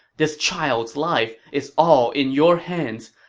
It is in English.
this child's life is all in your hands.